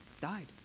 died